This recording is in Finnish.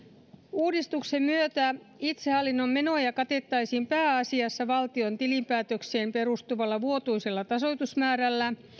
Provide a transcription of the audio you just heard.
uudistuksen myötä itsehallinnon menoja katettaisiin pääasiassa valtion tilinpäätökseen perustuvalla vuotuisella tasoitusmäärällä